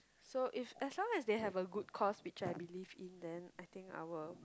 so if as long as they have a good cause which I believe in then I think I will